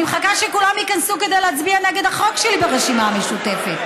אני מחכה שכולם ייכנסו כדי להצביע נגד החוק שלי ברשימה המשותפת.